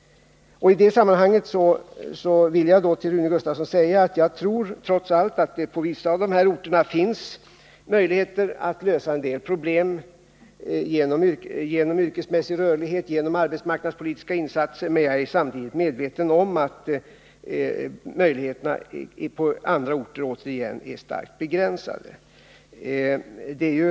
I det sammanhanget vill jag till Rune Gustavsson säga att jag tror att det trots allt på vissa av de här orterna finns möjligheter att lösa en del problem genom yrkesmässig rörlighet och arbetsmarknadspolitiska insatser. Jag är samtidigt medveten om att möjligheterna på andra orter är starkt begränsade.